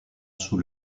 sous